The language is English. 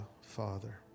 Father